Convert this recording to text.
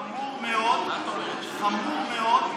חמור מאוד,